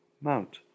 Mount